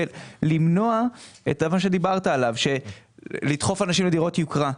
ולמנוע דחיפת אנשים לדירות יוקרה.